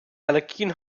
allergien